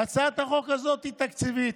והצעת החוק הזאת היא תקציבית,